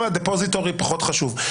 כאן ה-depository פחות חשוב.